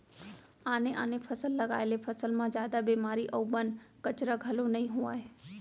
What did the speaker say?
आने आने फसल लगाए ले फसल म जादा बेमारी अउ बन, कचरा घलोक नइ होवय